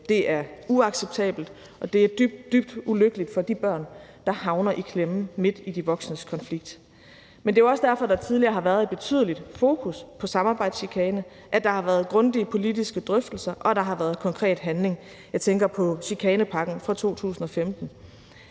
Det er uacceptabelt, og det er dybt, dybt ulykkeligt for de børn, der havner i klemme midt i de voksnes konflikt. Men det er jo også derfor, der tidligere har været et betydeligt fokus på samarbejdschikane, at der har været grundige politiske drøftelser, og at der har været konkret handling. Jeg tænker på chikanepakken fra 2015.